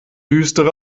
düstere